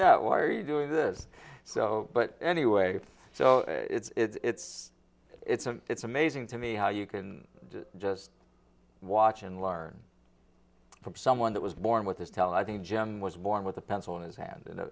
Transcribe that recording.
that why are you doing this so but anyway so it's it's it's a it's amazing to me how you can just watch and learn from someone that was born with this tell i think jim was born with a pencil in his hand and a